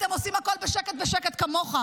אתם עושים הכול בשקט בשקט, כמוך.